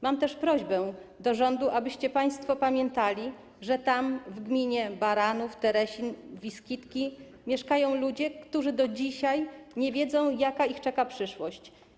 Mam też prośbę do rządu, abyście państwo pamiętali, że tam, w gminach Baranów, Teresin, Wiskitki, mieszkają ludzie, którzy do dzisiaj nie wiedzą, jaka ich czeka przyszłość.